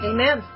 Amen